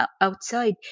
outside